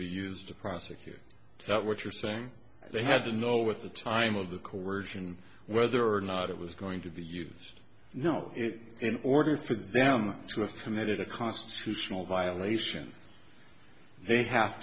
be used to prosecute that what you're saying they had to know with the time of the coersion whether or not it was going to be used no it in order for them to have committed a constitutional violation they have